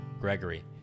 Gregory